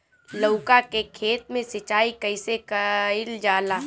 लउका के खेत मे सिचाई कईसे कइल जाला?